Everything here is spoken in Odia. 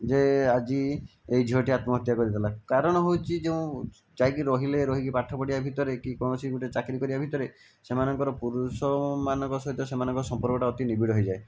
ଯେ ଆଜି ଏଇ ଝିଅଟି ଆତ୍ମହତ୍ୟା କରିଦେଲା କାରଣ ହେଉଛି ଯେଉଁ ଯାଇକି ରହିଲେ ରହିକି ପାଠ ପଢ଼ିବା ଭିତରେ କି କୌଣସି ଗୋଟିଏ ଚାକିରି କରିବା ଭିତରେ ସେମାନଙ୍କର ପୁରୁଷମାନଙ୍କ ସହିତ ସେମାନଙ୍କର ସମ୍ପର୍କଟା ଅତି ନିବିଡ଼ ହୋଇଯାଏ